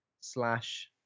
slash